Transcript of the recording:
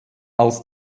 als